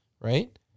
right